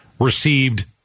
received